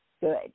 good